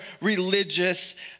religious